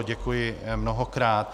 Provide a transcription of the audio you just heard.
Děkuji mnohokrát.